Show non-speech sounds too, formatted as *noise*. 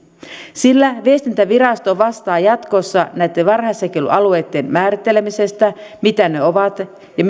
sillä viestintävirasto vastaa jatkossa näitten varhaisjakelualueitten määrittelemisestä siitä mitä ne ovat ja *unintelligible*